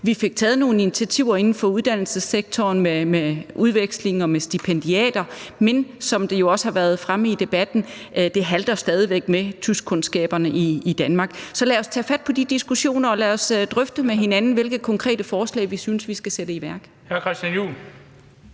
Vi fik taget nogle initiativer inden for uddannelsessektoren med udvekslinger og med stipendiater, men som det jo også har været fremme i debatten, halter det stadig væk med tyskkundskaberne i Danmark. Så lad os tage fat på de diskussioner, og lad os drøfte med hinanden, hvilke konkrete forslag vi synes vi skal sætte i værk.